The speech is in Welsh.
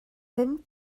ddim